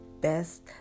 best